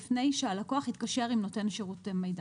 שגם במקרה של לא לבטל ולא להתלות אלא אם אתה יכול קודם כל לתת שימוע.